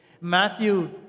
Matthew